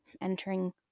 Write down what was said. entering